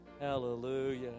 Hallelujah